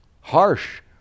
harsh